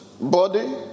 Body